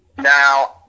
Now